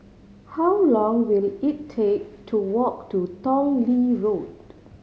how long will it take to walk to Tong Lee Road